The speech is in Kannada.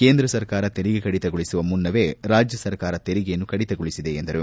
ಕೇಂದ್ರ ಸರ್ಕಾರ ತೆರಿಗೆ ಕಡಿತ ಗೊಳಿಸುವ ಮುನ್ನವೇ ರಾಜ್ಯ ಸರ್ಕಾರ ತೆರಿಗೆಯನ್ನು ಕಡಿತಗೊಳಿಸಿದೆ ಎಂದರು